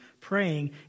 praying